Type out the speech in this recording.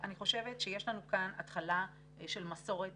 אני חושבת שיש לנו כאן התחלה של מסורת